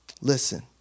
Listen